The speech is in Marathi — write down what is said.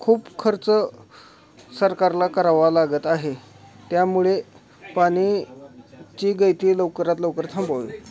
खूप खर्च सरकारला करावा लागत आहे त्यामुळे पाणी ची गळती लवकरात लवकर थांबवावी